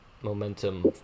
momentum